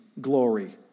glory